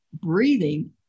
breathing